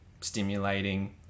stimulating